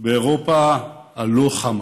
באירופה הלא-חמה,